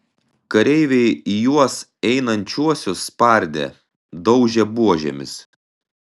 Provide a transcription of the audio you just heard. kareiviai į juos einančiuosius spardė daužė buožėmis